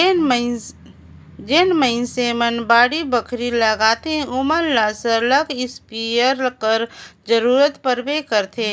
जेन मइनसे मन बाड़ी बखरी लगाथें ओमन ल सरलग इस्पेयर कर जरूरत परबे करथे